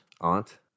Aunt